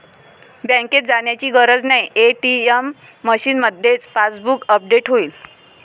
बँकेत जाण्याची गरज नाही, ए.टी.एम मशीनमध्येच पासबुक अपडेट होईल